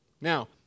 Now